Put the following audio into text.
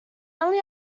only